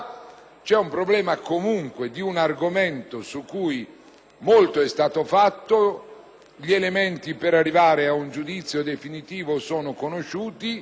In ogni caso, è un argomento su cui molto è stato fatto e gli elementi per arrivare ad un giudizio definitivo sono conosciuti.